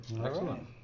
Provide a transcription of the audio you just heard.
Excellent